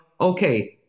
okay